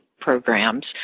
programs